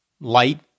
light